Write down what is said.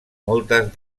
moltes